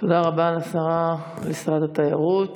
תודה רבה לשרת התיירות.